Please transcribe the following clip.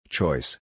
Choice